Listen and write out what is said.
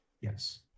Yes